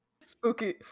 spooky